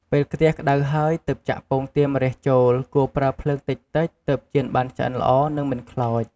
ពេលខ្ទះក្ដៅហើយ ទើបចាក់ពងទាម្រះចូល គួរប្រើភ្លើងតិចៗទើបចៀនបានឆ្អិនល្អនិងមិនខ្លោច។